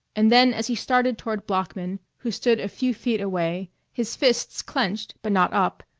and then as he started toward bloeckman, who stood a few feet away, his fists clenched but not up,